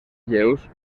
lleus